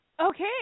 Okay